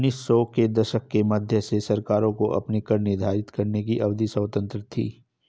उन्नीस सौ के दशक के मध्य से सरकारों को अपने कर निर्धारित करने की अधिक स्वतंत्रता थी